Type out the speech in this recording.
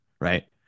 right